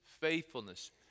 faithfulness